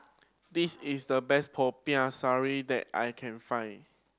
this is the best Popiah Sayur that I can find